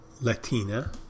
Latina